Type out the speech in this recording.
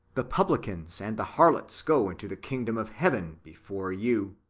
the publicans and the harlots go into the kingdom of heaven before you.